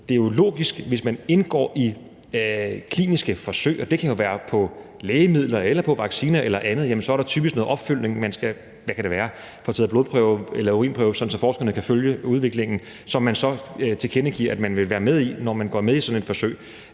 Det er jo logisk, at hvis man indgår i kliniske forsøg – det kan være med lægemidler eller med vacciner eller andet – er der typisk noget opfølgning. Det kan være, at man skal have taget en blodprøve eller urinprøve, sådan at forskerne kan følge udviklingen. Og det tilkendegiver man så at man vil være med til, når man går med i sådan et forsøg.